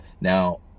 Now